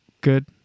good